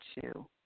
two